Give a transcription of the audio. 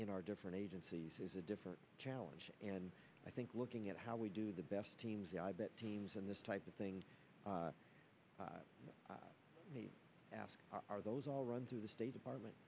in our different agencies is a different challenge and i think looking at how we do the best teams the teams in this type of thing need ask are those all run through the state department